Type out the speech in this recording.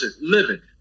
living